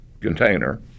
container